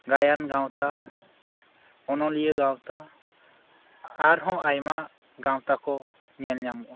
ᱜᱟᱭᱟᱱ ᱜᱟᱶᱛᱟ ᱚᱱᱚᱞᱤᱭᱟᱹ ᱜᱟᱶᱛᱟ ᱟᱨᱦᱚᱸ ᱟᱭᱢᱟ ᱜᱟᱶᱛᱟᱠᱩ ᱧᱮᱞ ᱧᱟᱢᱚᱜᱼᱟ